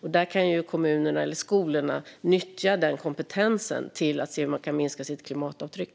Den kompetensen kan kommunerna eller skolorna nyttja för att se hur man kan minska sitt klimatavtryck.